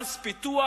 מס פיתוח,